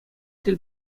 тӗл